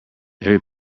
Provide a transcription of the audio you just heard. every